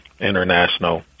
international